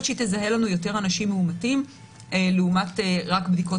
שהיא תזהה לנו יותר אנשים מאומתים לעומת רק בדיקות